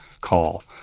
call